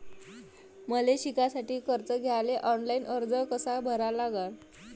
मले शिकासाठी कर्ज घ्याले ऑनलाईन अर्ज कसा भरा लागन?